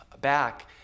back